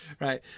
Right